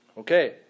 Okay